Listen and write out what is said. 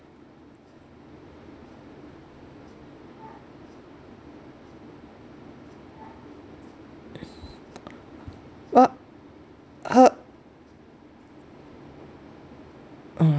but her